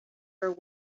her